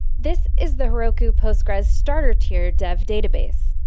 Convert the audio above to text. this is the heroku postgresql starter tier dev database.